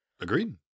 Agreed